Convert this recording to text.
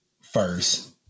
first